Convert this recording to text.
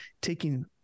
taking